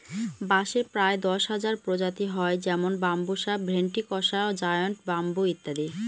বাঁশের প্রায় দশ হাজার প্রজাতি হয় যেমন বাম্বুসা ভেন্ট্রিকসা জায়ন্ট ব্যাম্বু ইত্যাদি